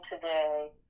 today